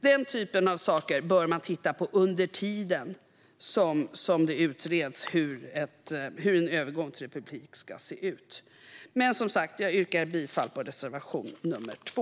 Denna typ av saker bör man se över under tiden som det utreds hur en övergång till republik ska se ut. Jag yrkar som sagt bifall till reservation nr 2.